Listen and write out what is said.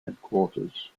headquarters